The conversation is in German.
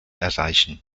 erreichen